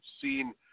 seen